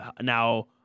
now